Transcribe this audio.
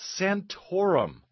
Santorum